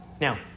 Now